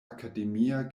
akademia